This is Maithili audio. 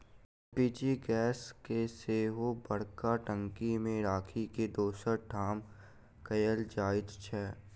एल.पी.जी गैस के सेहो बड़का टंकी मे राखि के दोसर ठाम कयल जाइत छै